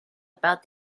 about